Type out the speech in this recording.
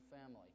family